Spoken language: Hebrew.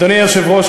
אדוני היושב-ראש,